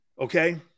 Okay